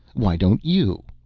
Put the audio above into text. why don't you?